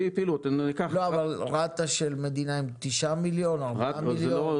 רת"א של מדינה עם 9,000,000 או 4,000,000?